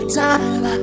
time